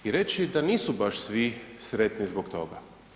I reći da nisu baš svi sretni zbog toga.